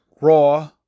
raw